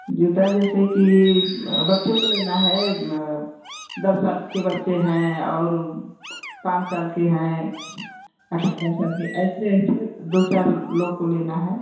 जूता जैसेकि बच्चों के लेना है दस साल के बच्चे हैं और पाँच साल के हैं अट्ठारह साल के ऐसे ऐसे दो चार लोगों को लेना है